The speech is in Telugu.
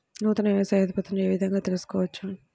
నూతన వ్యవసాయ ఉత్పత్తులను ఏ విధంగా తెలుసుకోవచ్చు?